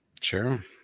Sure